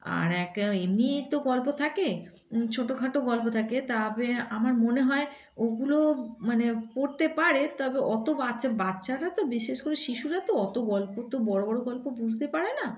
আর এক এমনিই তো গল্প থাকে ছোটখাটো গল্প থাকে তবে আমার মনে হয় ওগুলো মানে পড়তে পারে তবে অত বাচ্চা বাচ্চারা তো বিশেষ করে শিশুরা তো অত গল্প তো বড় বড় গল্প বুঝতে পারে না